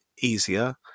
easier